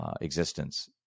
existence